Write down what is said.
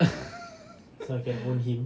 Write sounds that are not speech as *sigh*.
*laughs*